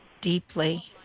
deeply